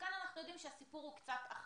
כאן אנחנו יודעים שהסיפור הוא קצת אחר.